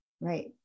Right